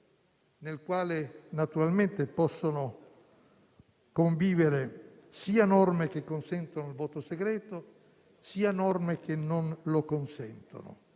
nel quale naturalmente possono convivere sia norme che consentono il voto segreto, sia norme che non lo consentono.